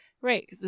right